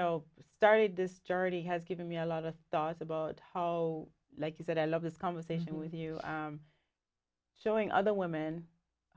know started this journey has given me a lot of thoughts about how like you said i love this conversation with you showing other women